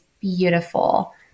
beautiful